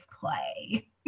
play